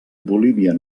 bolívia